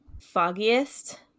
foggiest